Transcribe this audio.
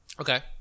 Okay